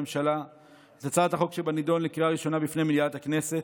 הממשלה את הצעת החוק שבנדון לקריאה ראשונה בפני מליאת הכנסת.